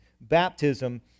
baptism